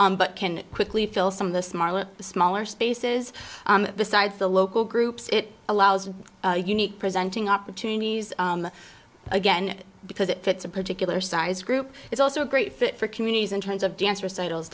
spaces but can quickly fill some of the smaller smaller spaces besides the local groups it allows unique presenting opportunities again because it fits a particular size group it's also a great fit for communities in terms of dance recital